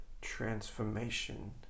transformation